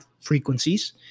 frequencies